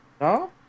No